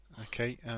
Okay